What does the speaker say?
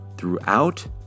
throughout